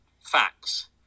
facts